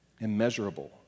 immeasurable